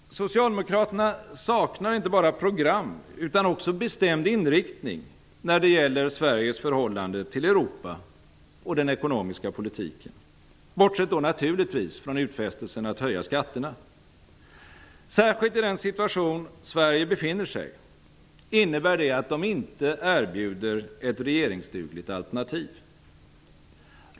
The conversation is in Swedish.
Socialdemokraterna saknar inte bara program utan också bestämd inriktning när det gäller Sveriges förhållande till Europa och den ekonomiska politiken bortsett då naturligtvis från utfästelsen att höja skatterna. Särskilt i den situation Sverige befinner sig innebär det att de inte erbjuder ett regeringsdugligt alternativ.